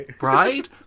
right